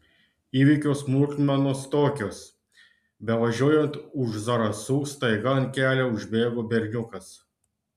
įvykio smulkmenos tokios bevažiuojant už zarasų staiga ant kelio užbėgo berniukas